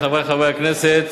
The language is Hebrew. חברי חברי הכנסת,